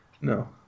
No